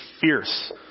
fierce